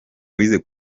wize